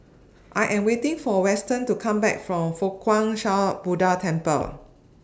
I Am waiting For Weston to Come Back from Fo Guang Shan Buddha Temple